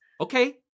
okay